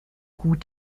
gut